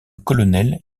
colonel